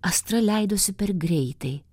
astra leidosi per greitai